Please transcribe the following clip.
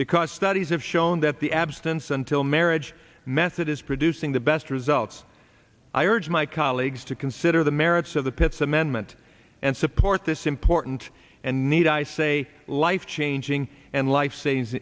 because studies have shown that the abstinence until marriage method is producing the best results i urge my colleagues to consider the merits of the pitts amendment and support this important and need i say life changing and life savings